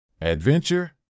adventure